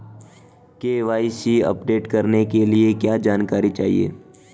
KYC update करने के लिए क्या जानकारी चाहिए?